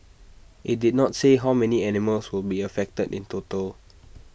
IT did not say how many animals will be affected in total